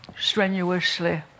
strenuously